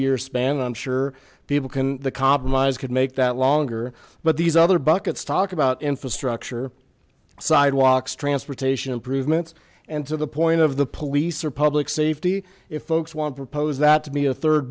year span i'm sure people can the compromise could make that longer but these other buckets talk about infrastructure sidewalks transportation improvements and to the point of the police or public safety if folks want propose that to be a third